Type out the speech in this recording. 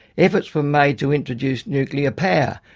efforts were made to introduce nuclear power.